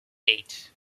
eight